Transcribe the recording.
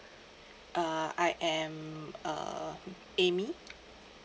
uh I am uh amy